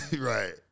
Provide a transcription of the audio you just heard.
right